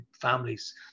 families